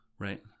Right